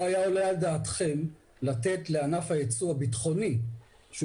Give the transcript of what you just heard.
לא היה עולה על דעתכם לתת לענף היצוא הביטחוני שהוא